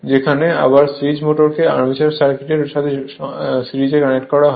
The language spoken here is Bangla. যেখানে আবার সিরিজ মোটরকে আরমেচার সার্কিটের সাথে সিরিজে কানেক্ট করা হয়